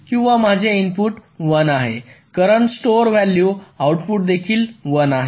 किंवा माझे इनपुट 1 आहे करंट स्टोअर व्हॅल्यू आउटपुट देखील 1 आहे